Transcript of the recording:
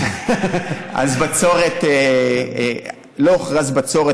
אז בצורת, לא הוכרזה בצורת.